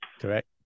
correct